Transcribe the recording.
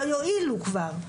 לא יועילו כבר.